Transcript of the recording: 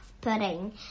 pudding